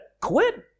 quit